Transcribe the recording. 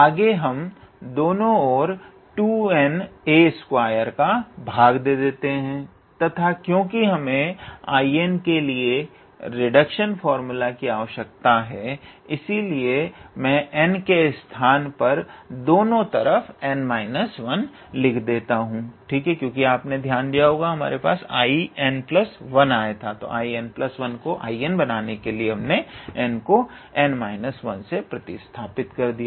आगे हम दोनों और 2𝑛𝑎2 का भाग दे देते हैं तथा क्योंकि हमें 𝐼𝑛 के लिए रिडक्शन फार्मूला की आवश्यकता है इसलिए मैं n के स्थान पर दोनों तरफ प्रतिस्थापित कर दूंगा